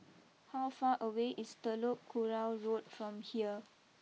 how far away is Telok Kurau Road from here